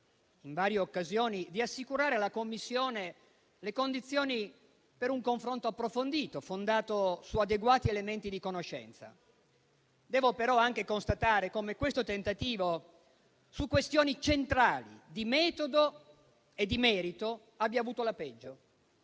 in varie occasioni di assicurare alla Commissione le condizioni per un confronto approfondito, fondato su adeguati elementi di conoscenza. Devo però anche constatare come questo tentativo su questioni centrali di metodo e di merito abbia avuto la peggio